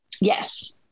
Yes